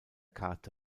karte